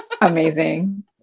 Amazing